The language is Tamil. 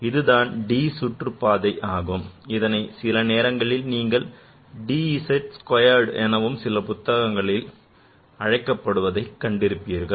இதுதான் d சுற்றுப்பாதை ஆகும் இதனை சில நேரங்களில் நீங்கள் dz squared எனவும் சில புத்தகங்களில் இவற்றை நீங்கள் அழைக்கப்படுவதை காணலாம்